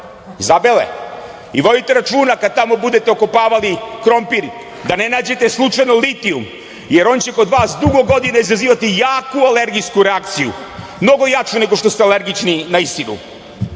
iz Zabele i vodite računa kada tamo budete okopavali krompir da ne nađete slučajno litijum, jer on će kod vas dugo godine izazivati jaku alergijsku reakciju, mnogo jaču nego što ste alergični na istinu. Građani